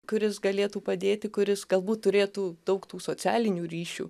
kuris galėtų padėti kuris galbūt turėtų daug tų socialinių ryšių